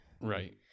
Right